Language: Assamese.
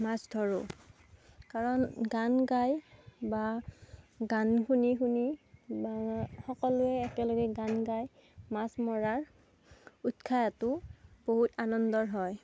মাছ ধৰোঁ কাৰণ গান গাই বা গান শুনি শুনি বা সকলোৱে একেলগে গান গাই মাছ মৰাৰ উৎসাহটো বহুত আনন্দৰ হয়